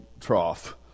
trough